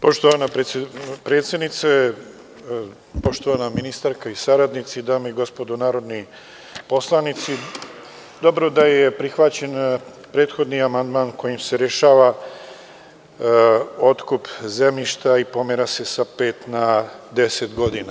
Poštovana predsednice, poštovana ministarka i saradnici, dame i gospodo narodni poslanici, dobro je da je prihvaćen prethodni amandman kojim se rešava otkup zemljišta i pomera se sa pet na 10 godina.